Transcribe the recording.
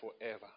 forever